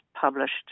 published